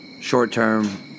short-term